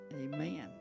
Amen